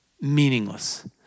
meaningless